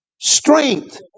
strength